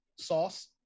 sauce